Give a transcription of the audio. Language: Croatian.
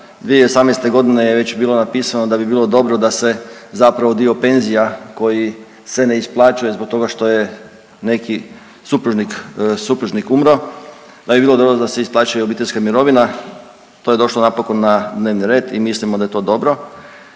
2018. g. je već bilo napisano da bi bilo dobro da se zapravo dio penzija koji se ne isplaćuje zbog toga što je neki supružnik umro, da bi bilo dobro da se isplaćuje obiteljska mirovina, to je došlo napokon na dnevni red i mislimo da je to dobro